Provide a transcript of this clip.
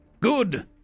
Good